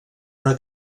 una